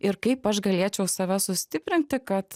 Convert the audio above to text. ir kaip aš galėčiau save sustiprinti kad